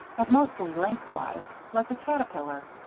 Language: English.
and mostly lengthwise like a caterpillar.